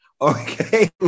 Okay